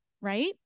right